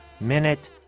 Minute